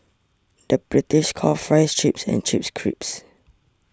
the British calls Fries Chips and Chips Crisps